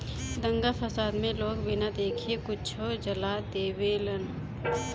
दंगा फसाद मे लोग बिना देखे कुछो जला देवेलन